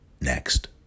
Next